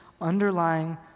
underlying